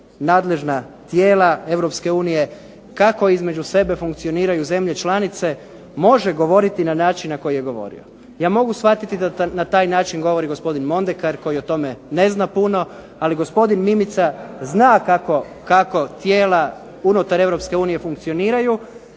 nadležna tijela Europske unije, kako između sebe funkcioniraju zemlje članice može govoriti na način na koji je govorio. Ja mogu shvatiti da na taj način govori gospodin Mondekar koji o tome ne zna puno, ali gospodin Mimica zna kako tijela unutar Europske unije